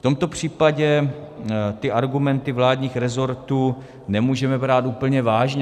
V tomto případě ty argumenty vládních rezortů nemůžeme brát úplně vážně.